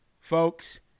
folks